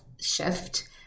shift